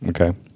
Okay